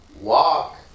Walk